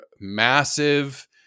massive